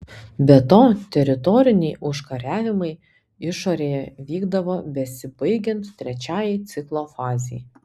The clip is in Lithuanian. be to teritoriniai užkariavimai išorėje vykdavo besibaigiant trečiajai ciklo fazei